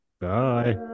Bye